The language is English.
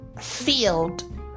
field